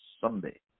Sunday